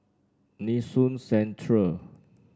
Nee Soon Central